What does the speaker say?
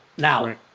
Now